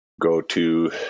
go-to